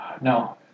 No